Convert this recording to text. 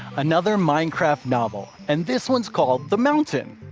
another minecraft novel. and this one's called the mountain.